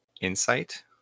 insight